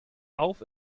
auf